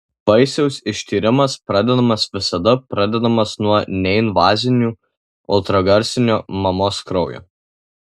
vaisiaus ištyrimas pradedamas visada pradedamas nuo neinvazinių ultragarsinio mamos kraujo